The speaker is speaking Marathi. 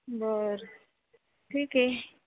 बरं ठीक आहे